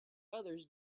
others